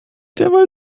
derweil